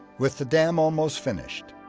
with the dam almost finished,